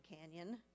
Canyon